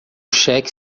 cheque